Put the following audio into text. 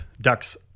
Ducks